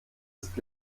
ist